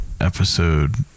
episode